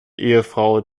ehefrau